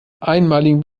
einmaligen